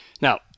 Now